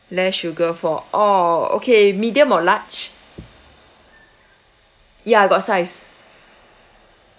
less sugar for all okay medium or large ya got size